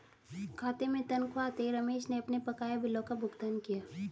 खाते में तनख्वाह आते ही रमेश ने अपने बकाया बिलों का भुगतान किया